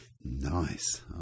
Nice